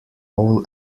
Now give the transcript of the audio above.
all